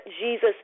Jesus